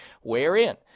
wherein